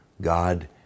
God